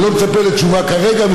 אני לא מצפה לתשובה כרגע,